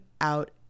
out